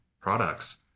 products